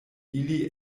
ili